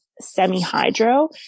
semi-hydro